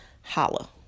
Holla